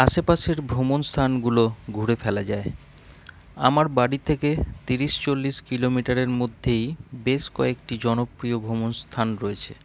আশেপাশের ভ্রমণস্থানগুলো ঘুরে ফেলা যায় আমার বাড়ি থেকে তিরিশ চল্লিশ কিলোমিটারের মধ্যেই বেশ কয়েকটি জনপ্রিয় ভ্রমণস্থান রয়েছে